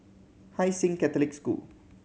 Hai Sing Catholic School